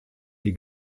die